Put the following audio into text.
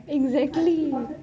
exactly